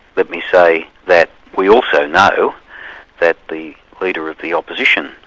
let me say that we also know that the leader of the opposition,